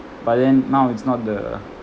but then now it's not the